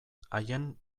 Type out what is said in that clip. haien